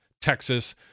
Texas